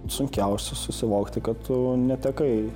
sunkiausia susivokti kad tu netekai